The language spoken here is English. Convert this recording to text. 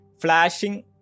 Flashing